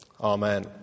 Amen